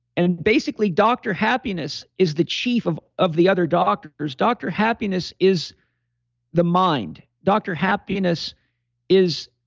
and basically doctor happiness is the chief of of the other doctors, doctor happiness is the mind. doctor happiness is